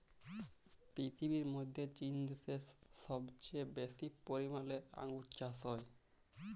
পীরথিবীর মধ্যে চীন দ্যাশে সবচেয়ে বেশি পরিমালে আঙ্গুর চাস হ্যয়